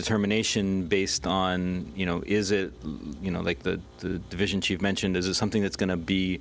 determination based on you know is it you know like the divisions you've mentioned is a something that's going to be